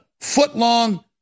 foot-long